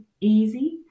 easy